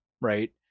right